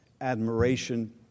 admiration